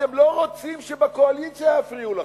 אתם לא רוצים שבקואליציה יפריעו לכם.